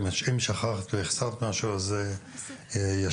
אם שכחת או החסרת משהו, ישלימו.